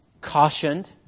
cautioned